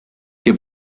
que